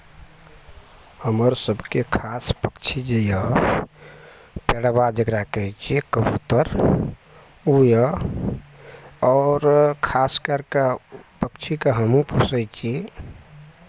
हमर सभके खास पक्षी जे यए परबा जकरा कहै छियै कबूतर ओ यए आओर खास करि कऽ ओ पक्षीकेँ हमहूँ पोसै छी